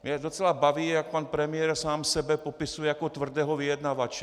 Mě docela baví, jak pan premiér sám sebe popisuje jako tvrdého vyjednavače.